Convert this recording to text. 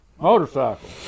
Motorcycle